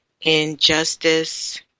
injustice